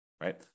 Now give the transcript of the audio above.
right